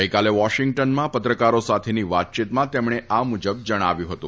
ગઈકાલે વોશિંગ્ટનમાં પત્રકારો સાથેની વાતચીતમાં તેમણે આ મુજબ જણાવ્યું હતું